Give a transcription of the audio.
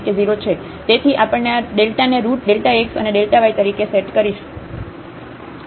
તેથી આપણે આ Δને રુટ Δ x અને Δ y તરીકે સેટ કરીશું